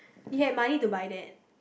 he had money to buy that